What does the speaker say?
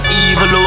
evil